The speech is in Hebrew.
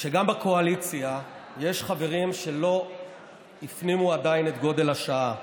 שגם בקואליציה יש חברים שלא הפנימו עדיין את גודל השעה.